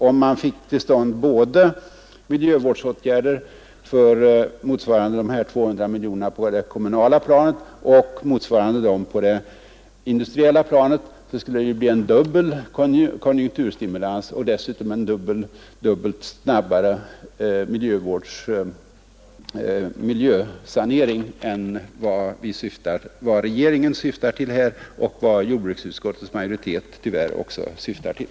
Om man fick till stånd miljövårdsåtgärder för de 200 miljonerna på det kommunala planet och motsvarande på det industriella planet, skulle det bli en dubbel konjunkturstimulans och dessutom en dubbelt så snabb miljösanering som vad regeringen och tyvärr också jordbruksutskottets majoritet syftar till.